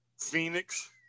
Phoenix